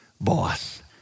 boss